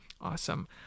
Awesome